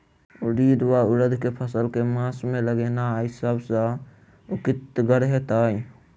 उड़ीद वा उड़द केँ फसल केँ मास मे लगेनाय सब सऽ उकीतगर हेतै?